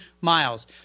miles